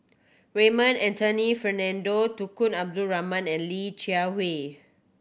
Raymond Anthony Fernando Tunku Abdul Rahman and Li Jiawei